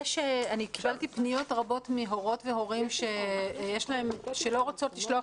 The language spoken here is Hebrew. קיבלתי פניות רבות מהורות והורים שלא רוצות לשלוח